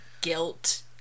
guilt